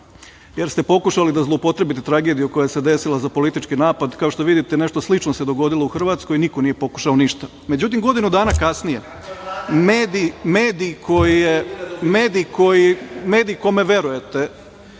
jer ste pokušali da zloupotrebite tragediju koja se desila za politički napad. Kao što vidite, nešto slično se dogodilo u Hrvatskoj i niko nije pokušao ništa.Međutim, godinu dana kasnije, medij kome verujete